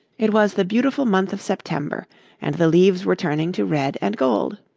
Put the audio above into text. it was the beautiful month of september and the leaves were turning to red and gold.